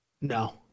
No